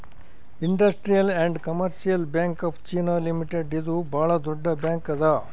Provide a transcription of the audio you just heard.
industrial and commercial bank of China limited ಇದು ಭಾಳ್ ದೊಡ್ಡ ಬ್ಯಾಂಕ್ ಅದಾ